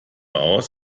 aus